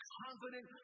confident